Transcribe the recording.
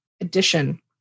addition